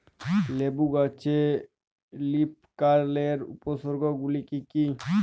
লেবু গাছে লীফকার্লের উপসর্গ গুলি কি কী?